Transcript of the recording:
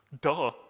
Duh